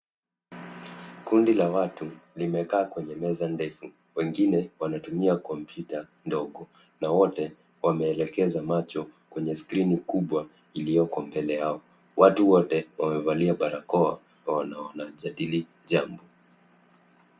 Kundi la watu limekaa kwenye meza ndefu , wengine wanatumia kompyuta ndogo na wote wameelekeza macho kwenye skrini kubwa iliyoko mbele yao. Watu wote wamevalia barakoa na wanajadili jambo.